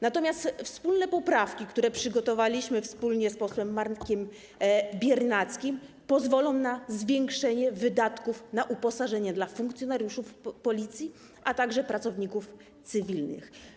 Natomiast wspólne poprawki, które przygotowaliśmy z posłem Markiem Biernackim, pozwolą na zwiększenie wydatków na uposażenie funkcjonariuszy Policji, a także pracowników cywilnych.